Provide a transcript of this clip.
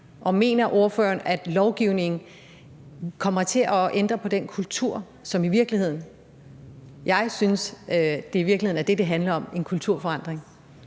Og mener ordføreren, at lovgivning kommer til at ændre på den kultur? Jeg synes, at det i virkeligheden er det, det handler om, altså en kulturforandring.